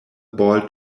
ball